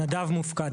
נדב מופקדי.